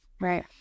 Right